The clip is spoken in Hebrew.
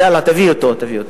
יאללה, תביא אותו, תביא אותו.